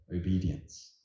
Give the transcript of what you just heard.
obedience